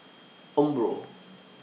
Umbro